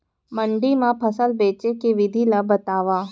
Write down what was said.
मंडी मा फसल बेचे के विधि ला बतावव?